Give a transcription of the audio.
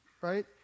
right